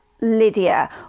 Lydia